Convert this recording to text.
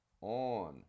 on